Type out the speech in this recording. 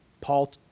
Paul